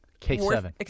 K7